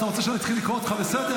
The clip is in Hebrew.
אתה רוצה שאני אתחיל לקרוא אותך לסדר?